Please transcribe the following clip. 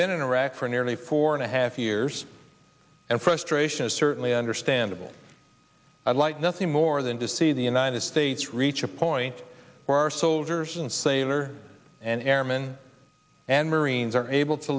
been in iraq for nearly four and a half years and frustration is certainly understandable i'd like nothing more than to see the united states reach a point where our soldiers and sailor and airman and marines are able to